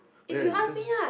oh yeah because